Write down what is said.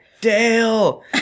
Dale